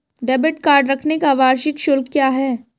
Debit card रखने का वार्षिक शुल्क क्या है?